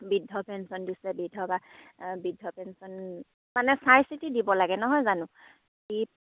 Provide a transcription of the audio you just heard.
বৃদ্ধ পেঞ্চন দিছে বৃদ্ধ বা বৃদ্ধ পেঞ্চন মানে চাই চিতি দিব লাগে নহয় জানো